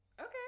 okay